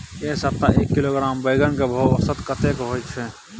ऐ सप्ताह एक किलोग्राम बैंगन के भाव औसत कतेक होय छै?